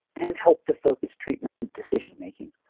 and help the focus treatment in decision making.